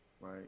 right